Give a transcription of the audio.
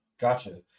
gotcha